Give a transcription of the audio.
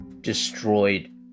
destroyed